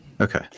Okay